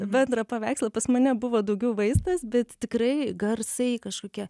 bendrą paveikslą pas mane buvo daugiau vaizdas bet tikrai garsai kažkokie